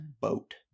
boat